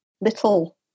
little